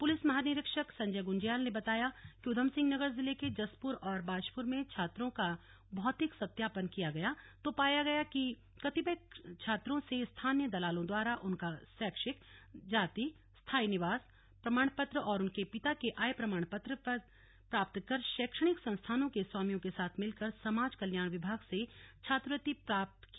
police महानिरीक्षक संजय गुंज्याल ने बताया कि उधमसिंह नगर जिले के जसपुर और बाजपुर में छात्रों का भौतिक सत्यापन किया गया तो पाया कि कतिपय छात्रों से स्थानीय दलालों द्वारा उनका शैक्षिक जाति स्थाई निवास प्रमाण पत्र और उनके पिता के आय प्रमाण पत्र प्राप्त कर शैक्षणिक संस्थानों के स्वामियों के साथ मिलकर समाज कल्याण विभाग से छात्रवृत्ति प्राप्त की